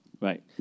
Right